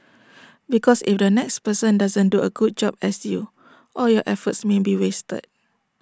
because if the next person doesn't do A good job as you all your efforts may be wasted